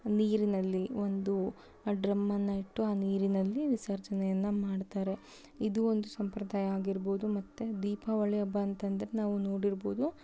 ನೀರಿನಲ್ಲಿ ಒಂದು ಡ್ರಮ್ಮನ್ನು ಇಟ್ಟು ಆ ನೀರಿನಲ್ಲಿ ವಿಸರ್ಜನೆಯನ್ನು ಮಾಡ್ತಾರೆ ಇದು ಒಂದು ಸಂಪ್ರದಾಯ ಆಗಿರ್ಬೋದು ಮತ್ತು ದೀಪಾವಳಿ ಹಬ್ಬ ಅಂತಂದರೆ ನಾವು ನೋಡಿರ್ಬೊದು